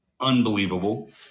unbelievable